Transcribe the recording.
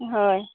হয়